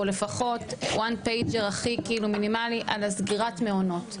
או לפחות וואן פייג'ר הכי מינימלי על סגירת המעונות,